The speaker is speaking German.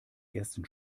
ersten